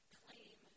claim